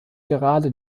gerade